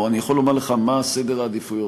אני יכול לומר לך מה סדר העדיפויות.